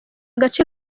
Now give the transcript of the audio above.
gace